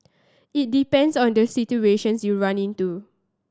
it depends on the situations you run into